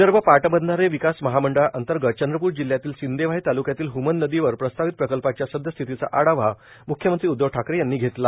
विदर्भ पाटबंधारे विकास महामंडळांतर्गत चंद्रपूर जिल्ह्यातीलए सिंदेवाही तालुक्यातील हमन नदीवर प्रस्तावित प्रकल्पाच्या सद्यस्थितीचा आढावा म्ख्यमंत्री उद्धव ठाकरे यांनी घेतला